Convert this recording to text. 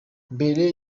mbere